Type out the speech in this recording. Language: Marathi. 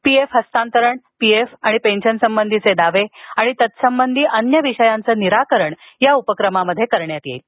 पीएफ हस्तांतरण पीएफ आणि पेन्शनसंबंधीचे दावे आणि तत्संबंधी अन्य विषयांचं निराकरण या उपक्रमात करण्यात येईल